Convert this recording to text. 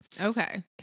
Okay